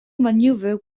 maneuver